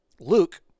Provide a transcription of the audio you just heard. Luke